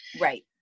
Right